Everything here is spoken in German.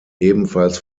ebenfalls